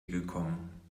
gekommen